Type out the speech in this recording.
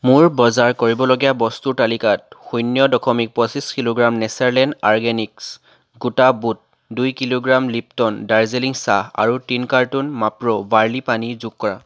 মোৰ বজাৰ কৰিবলগীয়া বস্তুৰ তালিকাত শূন্য দশমিক পঁচিছ কিলোগ্ৰাম নেচাৰলেণ্ড অৰগেনিক্ছ গোটা বুট দুই কিলোগ্ৰাম লিপট'ন দাৰ্জিলিং চাহ আৰু তিনি কাৰ্টন মাপ্ৰো বাৰ্লি পানী যোগ কৰা